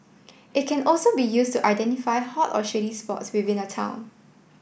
it can also be used to identify hot or shady spots within a town